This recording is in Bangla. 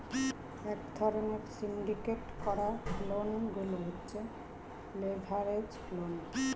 এক ধরণের সিন্ডিকেট করা লোন গুলো হচ্ছে লেভারেজ লোন